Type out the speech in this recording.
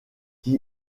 qui